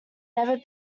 never